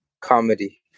comedy